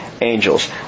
angels